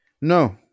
No